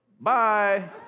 Bye